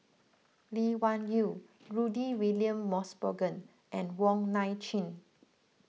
Lee Wung Yew Rudy William Mosbergen and Wong Nai Chin